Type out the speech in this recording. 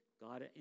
God